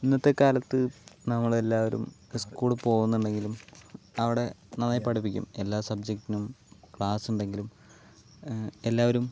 ഇന്നത്തെ കാലത്ത് നമ്മൾ എല്ലാവരും സ്കൂളിൽ പോകുന്നുണ്ടെങ്കിലും അവിടെ നന്നായി പഠിപ്പിക്കും എല്ലാ സബ്ജക്റ്റിനും ക്ലാസ്സ് ഉണ്ടെങ്കിലും എല്ലാവരും